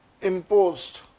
imposed